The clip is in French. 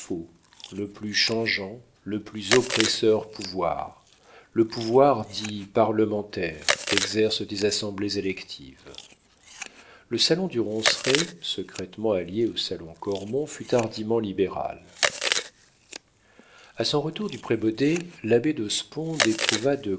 le plus changeant le plus oppresseur pouvoir le pouvoir dit parlementaire qu'exercent des assemblées électives le salon du ronceret secrètement allié au salon cormon fut hardiment libéral a son retour du prébaudet l'abbé de sponde éprouva de